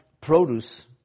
produce